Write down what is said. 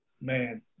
man